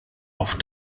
auf